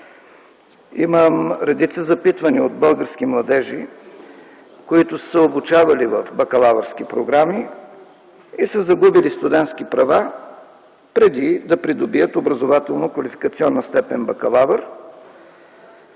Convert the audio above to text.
имам редица запитвания от български младежи, които са се обучавали в бакалавърски програми и са загубили студентски права преди да придобият образователно-квалификационната степен „бакалавър”.